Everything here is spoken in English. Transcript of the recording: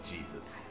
Jesus